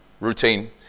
Routine